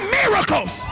miracles